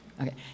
Okay